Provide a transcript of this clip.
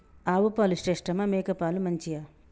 ఆవు పాలు శ్రేష్టమా మేక పాలు మంచియా?